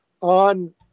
on